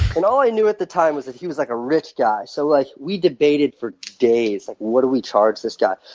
and all i knew at the time was that he was like a rich guy. so like we debated for days what do we charge this guy?